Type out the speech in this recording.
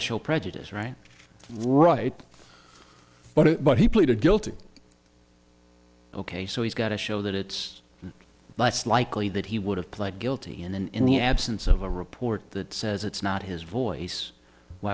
show prejudice right right but it but he pleaded guilty ok so he's got to show that it's less likely that he would have pled guilty and then in the absence of a report that says it's not his voice why